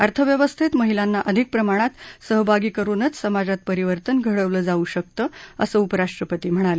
अर्थव्यवस्थेत महिलांना अधिक प्रमाणात सहभागी करुनच समाजात परिवर्तन घडवलं जाऊ शकतं असं उपराष्ट्रपती म्हणाले